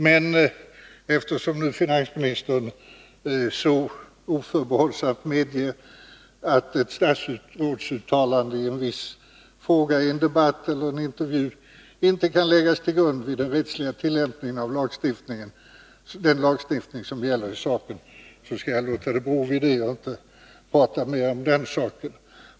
Men eftersom finansministern nu så oförbehållsamt medger att ett statsråds uttalande i en viss fråga i en debatt eller intervju inte kan läggas till grund vid den rättsliga tillämpningen av ifrågavarande lagstiftning skall jag låta det bero vid detta och inte tala mer om den saken.